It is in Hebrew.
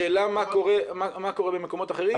השאלה מה קורה במקומות אחרים.